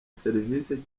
servisi